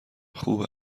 خوب